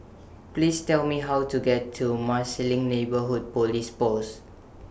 Please Tell Me How to get to Marsiling Neighbourhood Police Post